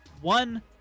one